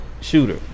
shooter